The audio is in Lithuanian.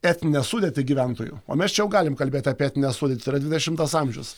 etninę sudėtį gyventojų o mes čia jau galim kalbėti apie etninę sudėtį yra dvidešimtas amžius